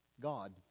God